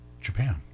Japan